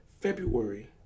February